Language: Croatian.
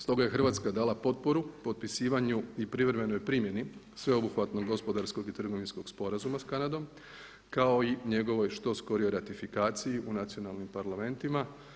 Stoga je Hrvatska dala potporu potpisivanju i privremenoj primjeni sveobuhvatnog gospodarskog i trgovinskog sporazuma sa Kanadom kao i njegovoj što skorijoj ratifikaciji u nacionalnim parlamentima.